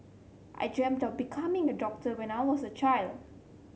I dreamt of becoming a doctor when I was a child